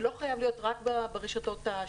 זה לא חייב להיות רק ברשתות השיווק,